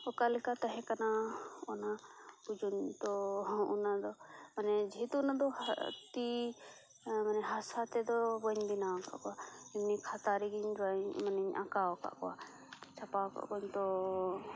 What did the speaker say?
ᱚᱠᱟ ᱞᱮᱠᱟ ᱛᱟᱦᱮᱸ ᱠᱟᱱᱟ ᱚᱱᱟ ᱫᱚ ᱚᱱᱟ ᱫᱚ ᱢᱟᱱᱮ ᱡᱮᱦᱮᱛᱩ ᱚᱱᱟ ᱫᱚ ᱛᱤ ᱢᱟᱱᱮ ᱦᱟᱥᱟ ᱛᱮᱫᱚ ᱵᱟᱹᱧ ᱵᱮᱱᱟᱣ ᱟᱠᱟᱫ ᱠᱚᱣᱟ ᱮᱢᱱᱤ ᱠᱷᱟᱛᱟ ᱨᱮᱜᱮᱧ ᱰᱨᱚᱭᱤᱝ ᱢᱟᱱᱮᱧ ᱟᱠᱟᱣ ᱟᱠᱟᱫ ᱠᱚᱣᱟ ᱪᱷᱟᱯᱟᱣ ᱟᱠᱟᱫ ᱠᱚᱣᱟᱧ ᱛᱚ